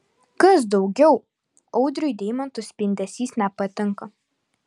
kas daugiau audriui deimantų spindesys nepatinka